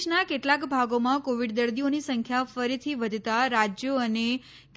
દેશના કેટલાક ભાગોમાં કોવિડ દર્દીઓની સંખ્યા ફરીથી વધતા રાજયો અને